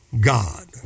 God